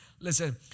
Listen